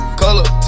color